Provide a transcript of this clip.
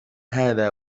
هذا